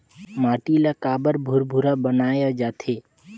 माटी ला काबर भुरभुरा बनाय जाथे?